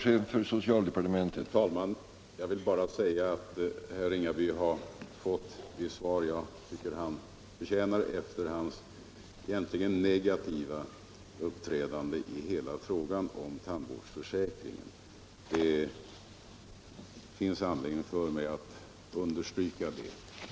Herr talman! Jag vill bara säga att herr Ringaby har fått de svar jag tycker han förtjänar efter sitt negativa uppträdande i hela frågan om tandvårdsförsäkringen. Det finns anledning för mig att understryka det.